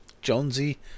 Jonesy